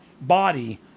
body